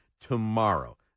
tomorrow